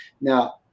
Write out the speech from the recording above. Now